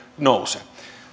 nouse